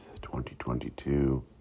2022